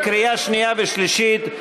בקריאה שנייה ושלישית.